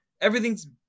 everything's